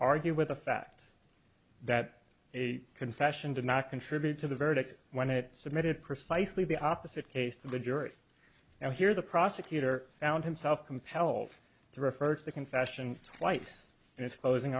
argue with the facts that a confession did not contribute to the verdict when it submitted precisely the opposite case to the jury and here the prosecutor found himself compelled to refer to the confession twice and it's closing